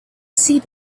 see